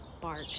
bark